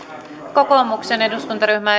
kokoomuksen eduskuntaryhmä